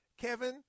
Kevin